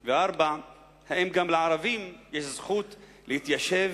4. האם גם לערבים יש זכות להתיישב,